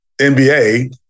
NBA